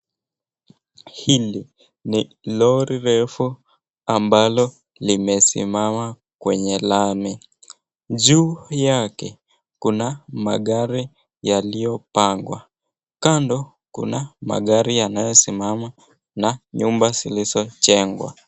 Hili ni lori refu ambalo limesimama kwenye lami, juu yake kuna magari yaliyopangwa kando, kuna magari yanayosimama na nyumba zilizochengwa.